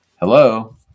hello